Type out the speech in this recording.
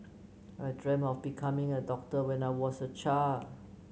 I dreamt of becoming a doctor when I was a child